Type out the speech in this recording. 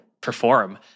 perform